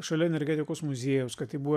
šalia energetikos muziejaus kad tai buvo